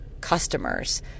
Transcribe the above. customers